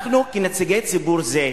אנחנו, כנציגי ציבור זה,